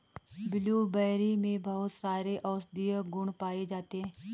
blueberry में बहुत सारे औषधीय गुण पाये जाते हैं